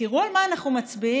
תראו על מה אנחנו מצביעים.